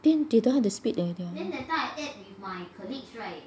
then they don't have to split already ah